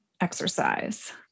exercise